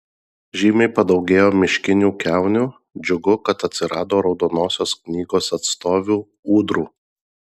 žymiai padaugėjo miškinių kiaunių džiugu kad atsirado raudonosios knygos atstovių ūdrų